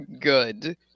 good